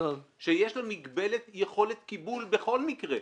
שיש לה מגבלת יכולת קיבול בכל מקרה,